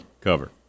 cover